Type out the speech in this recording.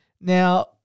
Now